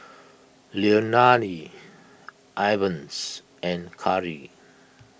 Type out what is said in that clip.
Leilani Evans and Khari